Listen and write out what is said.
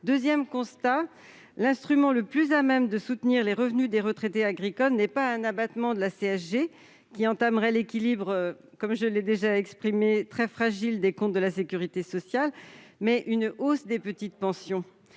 En outre, l'instrument le plus à même de soutenir les revenus des retraités agricoles n'est pas un abattement de CSG, qui entamerait l'équilibre déjà très fragile des comptes de la sécurité sociale, mais une hausse des petites pensions.